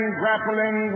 grappling